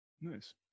nice